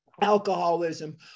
alcoholism